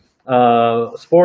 sports